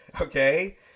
okay